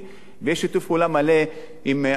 ויהיה שיתוף פעולה מלא עם עמותות